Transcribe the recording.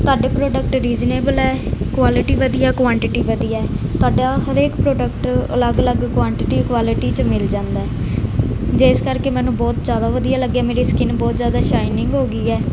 ਤੁਹਾਡੇ product reasonable ਹੈ quality ਵਧੀਆ ਕੁਆਂਟਿਟੀ ਵਧੀਆ ਤੁਹਾਡਾ ਹਰੇਕ ਪ੍ਰੋਡਕਟ ਅਲੱਗ ਅਲੱਗ ਕੁਆਂਟਿਟੀ ਕੁਆਲਿਟੀ 'ਚ ਮਿਲ ਜਾਂਦਾ ਜਿਸ ਕਰਕੇ ਮੈਨੂੰ ਬਹੁਤ ਜ਼ਿਆਦਾ ਵਧੀਆ ਲੱਗਿਆ ਮੇਰੀ ਸਕਿੰਨ ਬਹੁਤ ਜ਼ਿਆਦਾ ਸ਼ਾਈਨਿੰਗ ਹੋ ਗਈ ਹੈ